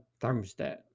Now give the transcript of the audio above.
thermostat